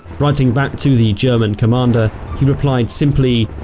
writing back to the german commander he replied simply,